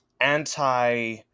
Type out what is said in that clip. anti